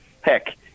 heck